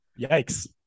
Yikes